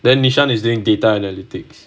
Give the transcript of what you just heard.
the nishanth is doing data analytics